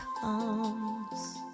comes